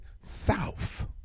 south